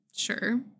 sure